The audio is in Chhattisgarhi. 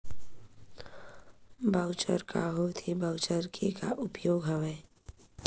वॉऊचर का होथे वॉऊचर के का उपयोग हवय?